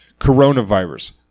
Coronavirus